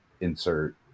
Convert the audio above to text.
insert